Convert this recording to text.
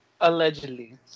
Allegedly